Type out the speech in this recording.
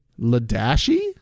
ladashi